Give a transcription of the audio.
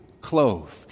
clothed